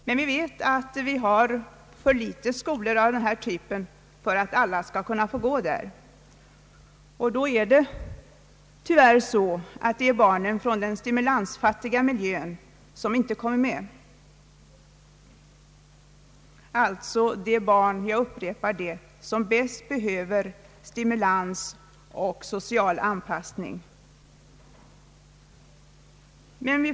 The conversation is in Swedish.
Men vi vet att vi har för få skolor av den här typen för att alla skall kunna få gå där, och då är det tyvärr så att det är barnen från den stimulansfattiga miljön som inte kommer med, alltså de barn — jag upprepar det — som bäst behöver stimulans och social anpassning.